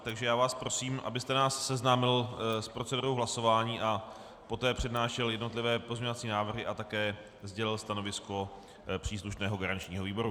Takže já vás prosím, abyste nás seznámil s procedurou hlasování a poté přednášel jednotlivé pozměňovací návrhy a také sdělil stanovisko příslušného garančního výboru.